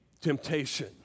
temptation